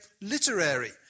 literary